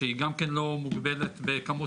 שהיא גם כן לא מוגבלת בכמות